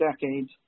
decades